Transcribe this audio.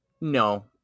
No